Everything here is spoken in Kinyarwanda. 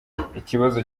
ikibazo